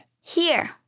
Here